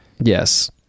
Yes